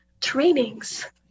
trainings